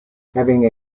having